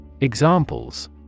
Examples